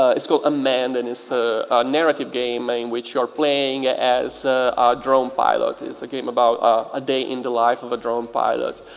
it's called a man. and it's a narrative game in which you're playing as ah a drone pilot. it's a game about ah a day in the life of a drone pilot.